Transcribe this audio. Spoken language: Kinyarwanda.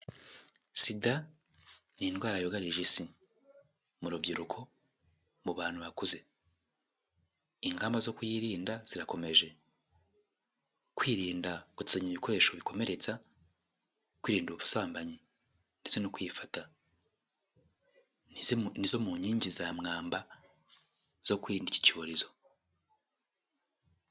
Sida ni indwara yugarije isi, mu rubyiruko, mu bantu bakuze, ingamba zo kuyirinda zirakomeje, kwirinda gutizanya ibikoresho bikomeretsa, kwirinda ubusambanyi ndetse no kwifata nizo mu nkingi za mwamba zo kwirinda iki cyorezo.